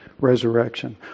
resurrection